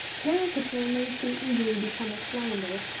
caricature may too easily become a slander,